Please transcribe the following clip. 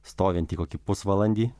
stovintį kokį pusvalandį